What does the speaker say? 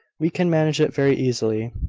we can manage it very easily.